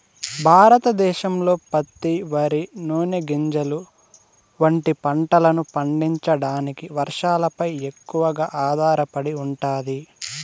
భారతదేశంలో పత్తి, వరి, నూనె గింజలు వంటి పంటలను పండించడానికి వర్షాలపై ఎక్కువగా ఆధారపడి ఉంటాది